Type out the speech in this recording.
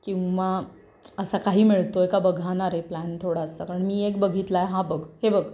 किंवा असा काही मिळतो आहे का बघा नारे प्लॅन थोडासा कारण मी एक बघितला आहे हा बघ हे बघ हां